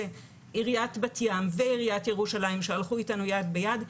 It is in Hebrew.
עיריית בת ים ועיריית ירושלים שהלכו איתנו יד ביד,